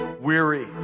weary